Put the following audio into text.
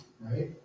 right